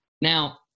Now